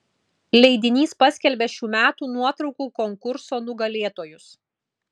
leidinys paskelbė šių metų nuotraukų konkurso nugalėtojus